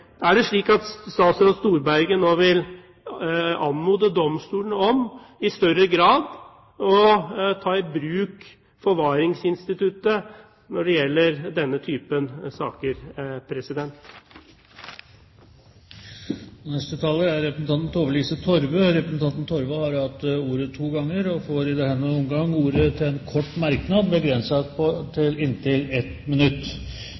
Er det slik at statsråd Storberget nå vil anmode domstolene i større grad om å ta i bruk forvaringsinstituttet når det gjelder denne typen saker? Representanten Tove-Lise Torve har hatt ordet to ganger og får ordet til en kort merknad, begrenset til 1 minutt.